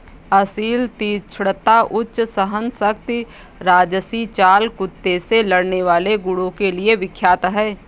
असील तीक्ष्णता, उच्च सहनशक्ति राजसी चाल कुत्ते से लड़ने वाले गुणों के लिए विख्यात है